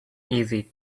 easy